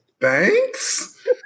thanks